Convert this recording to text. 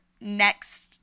next